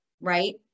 right